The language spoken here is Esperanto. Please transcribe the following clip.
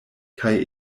kaj